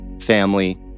family